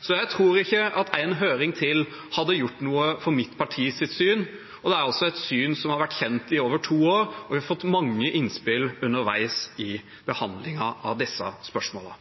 Så jeg tror ikke at en høring til hadde gjort noe for mitt partis syn. Det er et syn som har vært kjent i over to år, og vi har fått mange innspill underveis i behandlingen av disse spørsmålene.